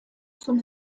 zum